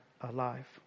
alive